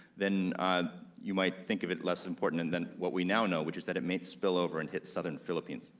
then you might think of it less important and than what we now know, which is that it may spill over and hit southern philippines.